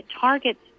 targets